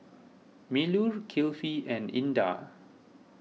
Melur Kifli and Indah